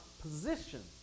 position